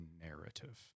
narrative